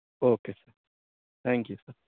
okay thank you sir